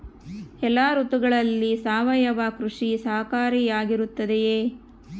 ಎಲ್ಲ ಋತುಗಳಲ್ಲಿ ಸಾವಯವ ಕೃಷಿ ಸಹಕಾರಿಯಾಗಿರುತ್ತದೆಯೇ?